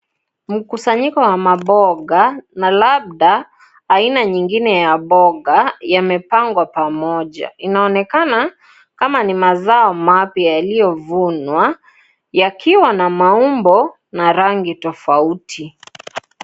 Mkusanyiko wa mamboga na labda aina nyingine ya mboga yamepangwa pamoja . Inaonekana kama ni mazao mapywa yaliyovunwa yakiwa na maumbo na rangi tofauti.